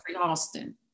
Austin